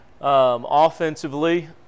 Offensively